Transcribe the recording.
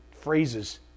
phrases